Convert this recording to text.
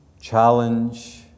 challenge